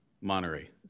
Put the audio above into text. Monterey